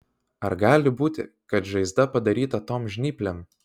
ar gali būti kad žaizda padaryta tom žnyplėm